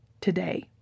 today